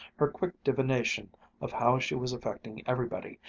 her quick divination of how she was affecting everybody,